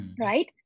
right